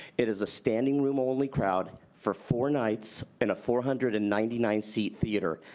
it is a standing room only crowd for four nights and a four hundred and ninety nine seat theater.